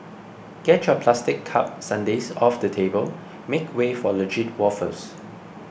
get your plastic cup sundaes off the table make way for legit waffles